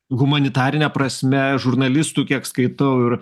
humanitarine prasme žurnalistų kiek skaitau ir